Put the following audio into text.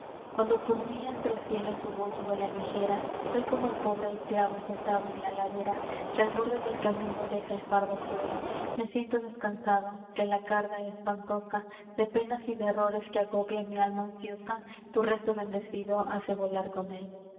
cuando por mí hasta el cielo su voz vuela ligera soy como el pobre esclavo sentado en la ladera que al borde del camino deja el fardo cruel me siento descansado que la carga espantosa de penas y de errores que agobia mi alma ansiosa tu rezo bendecido hace volar con él vé